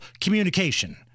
communication